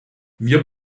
wir